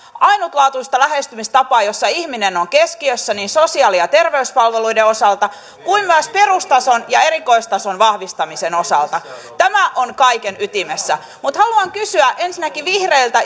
ainutlaatuista lähestymistapaa jossa ihminen on keskiössä niin sosiaali ja terveyspalveluiden osalta kuin myös perustason ja erikoistason vahvistamisen osalta tämä on kaiken ytimessä haluan kysyä ensinnäkin vihreiltä